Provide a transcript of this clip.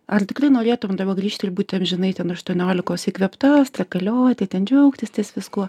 ar tikrai norėtum dabar grįžt ir būti amžinai ten aštuoniolikos įkvėpta strakalioti ten džiaugtis ties viskuo